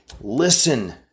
listen